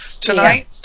tonight